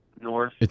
North